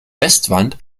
westwand